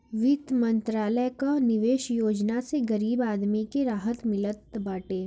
वित्त मंत्रालय कअ निवेश योजना से गरीब आदमी के राहत मिलत बाटे